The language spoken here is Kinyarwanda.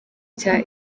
cya